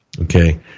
Okay